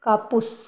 कापूस